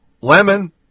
Lemon